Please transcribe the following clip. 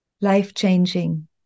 life-changing